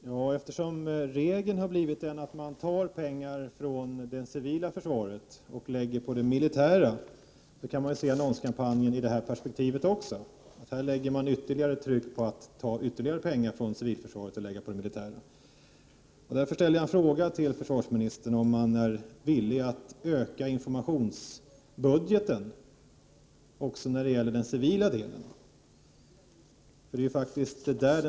Herr talman! Eftersom regeln har blivit den att man tar pengar från det civila försvaret och lägger på det militära, kan annonskampanjen ses också i det perspektivet. Här tar man ytterligare pengar från civilförsvaret och lägger över på det militära försvaret. Därför ställer jag till försvarsministern frågan om han är villig att öka informationsbudgeten också för den civila sidan.